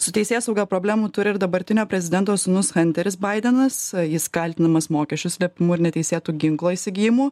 su teisėsauga problemų turi ir dabartinio prezidento sūnus hanteris baidenas jis kaltinamas mokesčių slėpimu ir neteisėtu ginklo įsigijimu